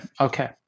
okay